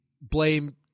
blame